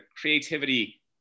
creativity